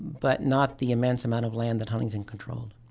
but not the immense amount of land that huntington controlled.